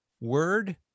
word